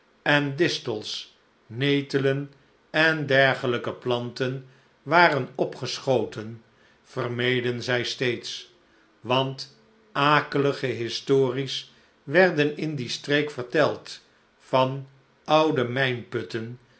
en distels netelen en dergelijke planten waren opgeschoten vermeden zij steeds want akelige histories werden in die streek verteld van oude